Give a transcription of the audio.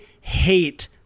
hate